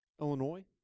Illinois